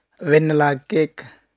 vanilla cake